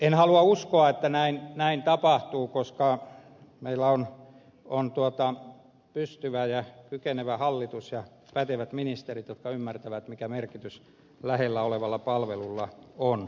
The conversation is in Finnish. en halua uskoa että näin tapahtuu koska meillä on pystyvä ja kykenevä hallitus ja pätevät ministerit jotka ymmärtävät mikä merkitys lähellä olevalla palvelulla on